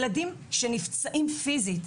ילדים שנפצעים פיזית,